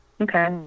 okay